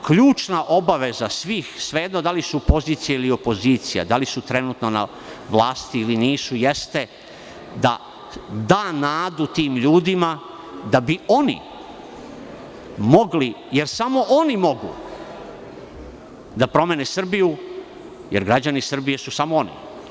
Ključna obaveza svih, svejedno da li su pozicija ili opozicija, da li su trenutno na vlasti ili nisu, jeste da da nadu tim ljudima da bi oni mogli, jer samo oni mogu da promene Srbiju, jer građani Srbije su samo oni.